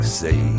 say